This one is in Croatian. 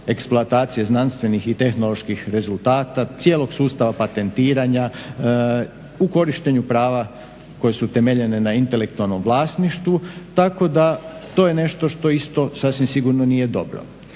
eksploatacije znanstvenih i tehnoloških rezultata, cijelog sustava patentiranja u korištenju prava koje su temeljene na intelektualnom vlasništvu tako da to je nešto što isto sasvim sigurno nije dobro.